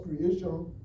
creation